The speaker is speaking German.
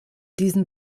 diesen